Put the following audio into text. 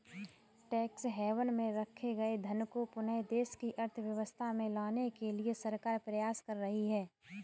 tax haven में रखे गए धन को पुनः देश की अर्थव्यवस्था में लाने के लिए सरकार प्रयास कर रही है